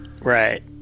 right